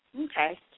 Okay